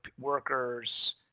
workers